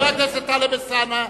חבר הכנסת טלב אלסאנע,